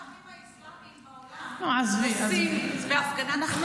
מה שהעמים האסלאמיים בעולם עושים בהפגנת טרור,